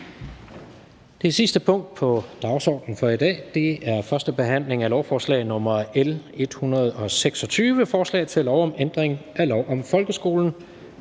Det sidste punkt på dagsordenen er: 21) 1. behandling af lovforslag nr. L 126: Forslag til lov om ændring af lov om folkeskolen.